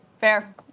Fair